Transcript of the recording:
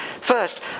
First